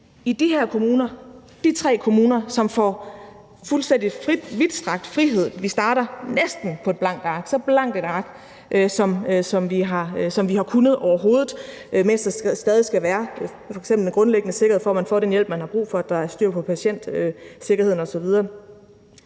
de her tre kommuner, som får fuldstændig vidtstrakt frihed – vi starter næsten på et blankt ark; så blankt et ark, som overhovedet har været muligt for os, mens der stadig skal være f.eks. den grundlæggende sikkerhed for, at man får den hjælp, man har brug for, og at der er styr på patientsikkerheden osv.